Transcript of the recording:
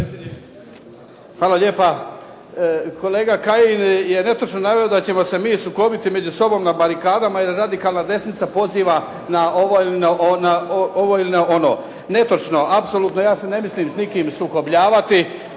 Hvala lijepo. Kolega Kajin je netočno naveo da ćemo se mi sukobiti među sobom na barikadama, jer radikalna desnica poziva na ovo ili na ono. Netočno apsolutno. Ja se ne mislim s nikim sukobljavati,